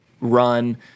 run